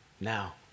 Now